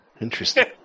interesting